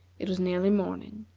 it was nearly morning.